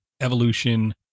Evolution